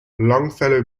longfellow